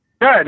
Good